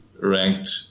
ranked